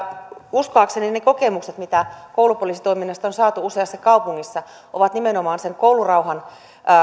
uskoakseni ne kokemukset mitä koulupoliisitoiminnasta on saatu useassa kaupungissa ovat nimenomaan koulurauhan